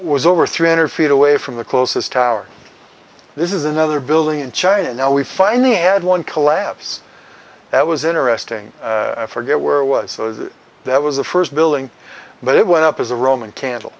was over three hundred feet away from the closest tower this is another building in china now we finally had one collapse that was interesting forget where it was that was the first building but it went up as a roman candle